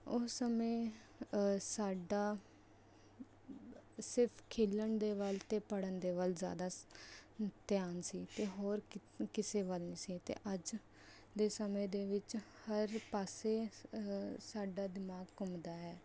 ਉਹ ਸਮੇਂ ਸਾਡਾ ਸਿਰਫ ਖੇਲਣ ਦੇ ਵੱਲ ਅਤੇ ਪੜ੍ਹਨ ਦੇ ਵੱਲ ਜ਼ਿਆਦਾ ਧਿਆਨ ਸੀ ਅਤੇ ਹੋਰ ਕਿਸੇ ਵੱਲ ਨਹੀਂ ਸੀ ਅਤੇ ਅੱਜ ਦੇ ਸਮੇਂ ਦੇ ਵਿੱਚ ਹਰ ਪਾਸੇ ਸਾਡਾ ਦਿਮਾਗ ਘੁੰਮਦਾ ਹੈ